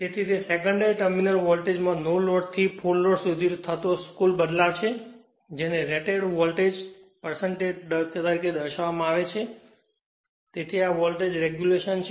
તેથી તે secondary terminal વોલ્ટેજમાં નો લોડ થી ફુલ લોડ સુધી થતો કુલ બદલાવ છે જેને રેટેડ વોલ્ટેજ ના તરીકે દર્શાવવામાં આવે છે તેથી આ વોલ્ટેજ રેગ્યુલેશન છે